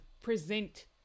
present